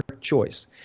choice